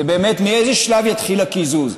זה באמת מאיזה שלב יתחיל הקיזוז.